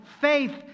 faith